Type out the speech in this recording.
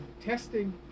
testing